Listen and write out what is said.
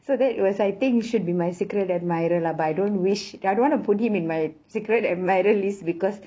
so that was I think should be my secret admirer lah but I don't wish that I don't want to put him in my secret admirer list because